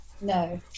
No